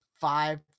five